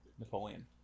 Napoleon